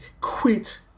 quit